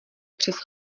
přes